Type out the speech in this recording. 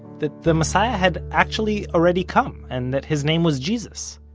that the messiah had actually already come. and that his name was jesus.